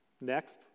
Next